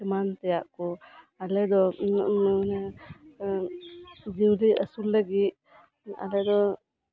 ᱮᱢᱟᱱ ᱛᱮᱭᱟᱜ ᱠᱚ ᱟᱞᱮ ᱫᱚ ᱵᱷᱤᱲᱤ ᱟᱹᱥᱩᱞ ᱞᱟᱹᱜᱤᱫ ᱟᱞᱮ ᱫᱚ